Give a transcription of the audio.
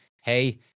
hey